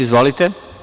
Izvolite.